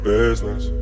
business